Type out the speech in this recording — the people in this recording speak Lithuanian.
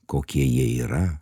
kokie jie yra